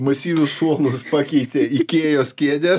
masyvius suolus pakeitė ikėjos kėdės